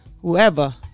whoever